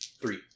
Three